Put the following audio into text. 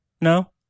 No